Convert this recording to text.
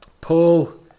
Paul